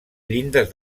llindes